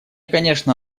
конечно